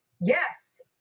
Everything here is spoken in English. yes